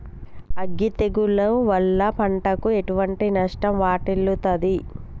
అగ్గి తెగులు వల్ల పంటకు ఎటువంటి నష్టం వాటిల్లుతది?